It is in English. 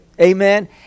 Amen